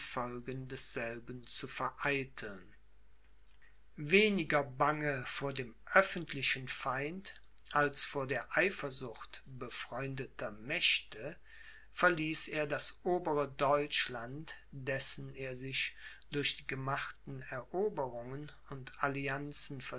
desselben zu vereiteln weniger bange vor dem öffentlichen feind als vor der eifersucht befreundeter mächte verließ er das obere deutschland dessen er sich durch die gemachten eroberungen und allianzen